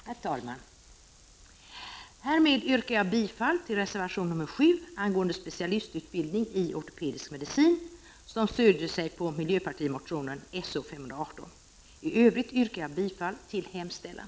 Herr talman! Härmed yrkar jag bifall till reservation nr 7, angående specialistutbildning i ortopedisk medicin, som stöder sig på miljöpartimotionen So518.1 övrigt yrkar jag bifall till utskottets hemställan.